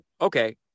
okay